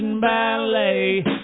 Ballet